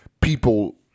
people